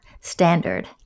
standard